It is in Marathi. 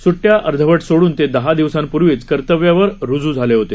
सुट्टय़ा अर्धवट सोडून ते दहा दिवसांपूर्वीच कर्तव्यावर रुजू झाले होते